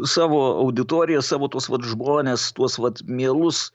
savo auditoriją savo tuos vat žmones tuos vat mielus